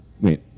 wait